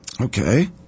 Okay